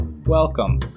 Welcome